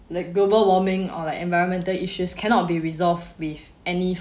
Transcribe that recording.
like global warming or like environmental issues cannot be resolved with any